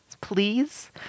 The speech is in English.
please